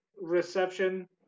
reception